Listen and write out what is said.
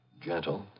gentle